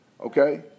okay